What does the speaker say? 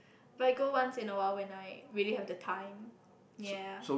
but I go once in a while when I really have the time ya